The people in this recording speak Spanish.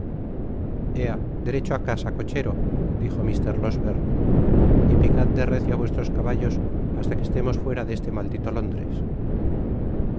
ea derecho á casa cochero dijo mr losbe me y picad de recio á vuestros caballos hasta que estemos fuera de este maldito